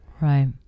Right